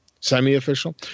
semi-official